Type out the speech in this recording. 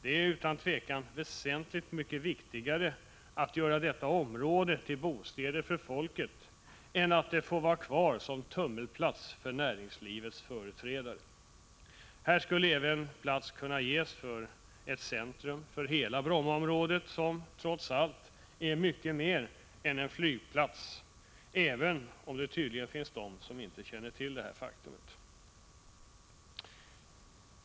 Det är utan tvivel väsentligt mycket viktigare att göra detta område till bostäder för folket än att det får vara kvar som tummelplats för näringslivets företrädare. Här skulle även plats kunna ges för ett centrum för hela Brommaområdet, som trots allt är mycket mer än en flygplats, även om det tydligen finns de som inte känner till detta faktum.